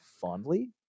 fondly